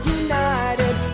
united